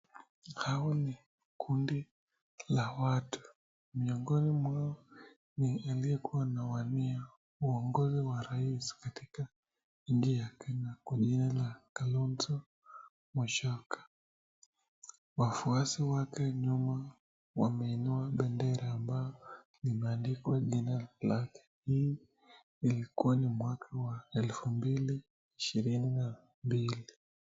Hawa ni kundi la watu, miongoni ni aliyekua anawania uongozi wa raisi katika nchini ya Kenya Kwa jina la Kalonzo Musyoko, wafuasi wake nyuma wameinua bendera ambayo imeandikwa jina lake, Hii ilikua mwaka wa 2022.